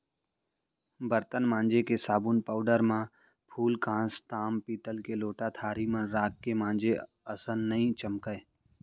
बरतन मांजे के साबुन पाउडर म फूलकांस, ताम पीतल के लोटा थारी मन राख के मांजे असन नइ चमकय